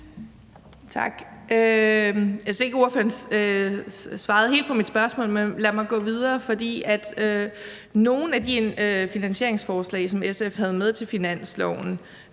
Tak. Jeg synes ikke, ordføreren svarede helt på mit spørgsmål. Men lad mig gå videre: Nogle af de finansieringsforslag, som SF havde med til